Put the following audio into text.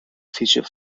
feature